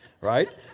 right